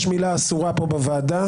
יש מילה אסורה כאן בוועדה,